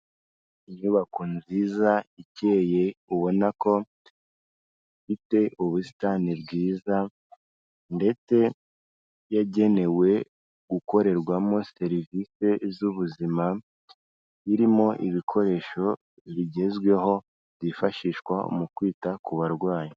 Inyubako nziza ikeye ubona ko ifite ubusitani bwiza ndetse yagenewe gukorerwamo servise z'ubuzima, irimo ibikoresho bigezweho byifashishwa mu kwita ku barwayi.